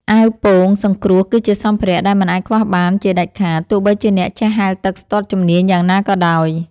អាវពោងសង្គ្រោះ គឺជាសម្ភារៈដែលមិនអាចខ្វះបានជាដាច់ខាត ទោះបីជាអ្នកចេះហែលទឹកស្ទាត់ជំនាញយ៉ាងណាក៏ដោយ។